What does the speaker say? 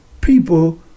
people